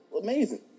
amazing